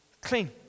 clean